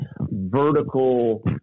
vertical